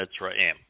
Mitzrayim